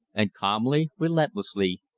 and calmly, relentlessly,